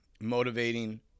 motivating